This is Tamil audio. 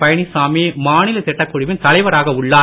பழனிச்சாமிமாநில திட்டக்குழுவின் தலைவராக உள்ளார்